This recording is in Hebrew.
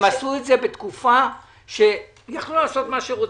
הם עשו את זה בתקופה שיכלו לעשות מה שרוצים.